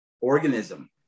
organism